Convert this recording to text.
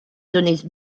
données